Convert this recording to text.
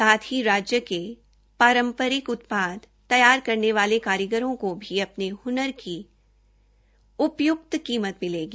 साथ ही राज्य के पारम्परिक हथकरघा उत्पाद तैयार करने वाले कारीगरों को भी अपने हनर की वाजिब कीमत मिलेगी